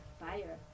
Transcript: fire